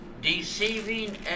deceiving